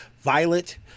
Violet